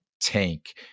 tank